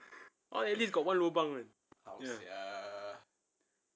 all at least got one lubang [one]